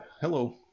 hello